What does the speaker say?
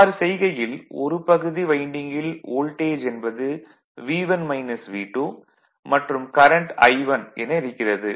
அவ்வாறு செய்கையில் ஒரு பகுதி வைண்டிங்கில் வோல்டேஜ் என்பது மற்றும் கரண்ட் I1 என இருக்கிறது